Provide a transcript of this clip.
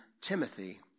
Timothy